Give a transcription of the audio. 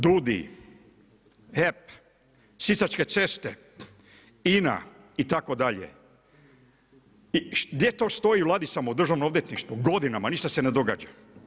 DUUDI, HEP, sisačke ceste, INA, itd. gdje to stoji u ladicama u Državnom odvjetništvu, godinama ništa se ne događa.